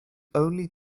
only